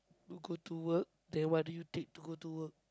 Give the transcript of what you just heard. you go to work then what do you take to go to work